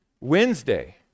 Wednesday